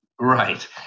Right